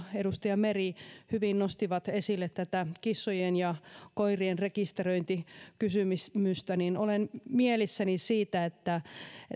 edustaja meri hyvin nostivat esille tätä kissojen ja koirien rekisteröintikysymystä niin olen mielissäni siitä että